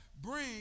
bring